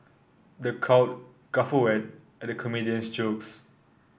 the crowd guffawed at the comedian's jokes